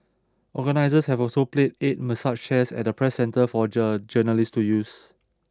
organisers have also placed eight massage chairs at the Press Centre for jour journalists to use